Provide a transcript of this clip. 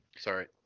Sorry